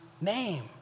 name